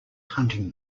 hunting